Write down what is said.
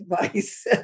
advice